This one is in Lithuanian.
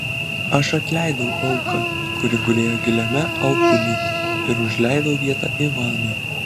aš atleidau auką kuri gulėjo giliame alpuly ir užleidau vietą ivanui